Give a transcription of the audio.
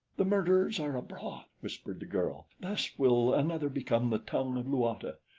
the murderers are abroad, whispered the girl. thus will another become the tongue of luata.